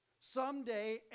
Someday